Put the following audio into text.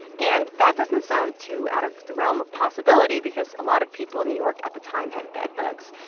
and that doesn't sound too out of the realm of possibility because a lot of people in new york at the time had bedbugs.